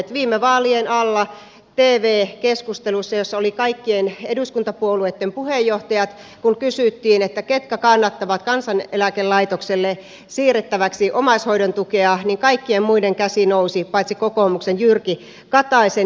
kun viime vaalien alla tv keskustelussa jossa olivat kaikkien eduskuntapuolueitten puheenjohtajat kysyttiin ketkä kannattavat kansaneläkelaitokselle siirrettäväksi omaishoidon tukea niin kaikkien muiden käsi nousi paitsi kokoomuksen jyrki kataisen